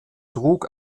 trug